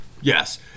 Yes